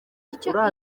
icyo